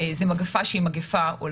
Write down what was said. זו מגיפה עולמית.